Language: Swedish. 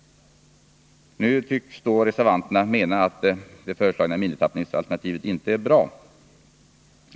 Nu tycks reservanterna mena att det föreslagna minimitappningsalternativet inte är bra.